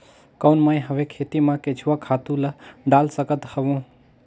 कौन मैं हवे खेती मा केचुआ खातु ला डाल सकत हवो?